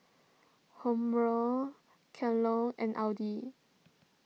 Hormel Kellogg's and Audi